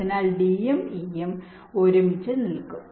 അതിനാൽ d യും e യും ഒരുമിച്ച് നിൽക്കും